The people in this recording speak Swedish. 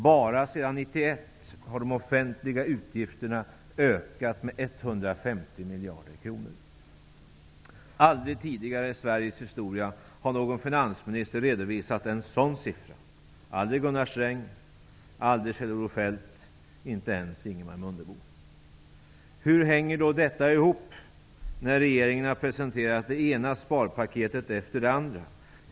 Bara sedan 1991 har de offentliga utgifterna ökat med 150 miljarder kronor. Aldrig tidigare i Sveriges historia har någon finansminister redovisat en sådan siffra -- aldrig Gunnar Sträng, aldrig Kjell-Olof Feldt, inte ens Ingemar Mundebo. Hur hänger detta ihop, när regeringen har presenterat det ena sparpaketet efter det andra?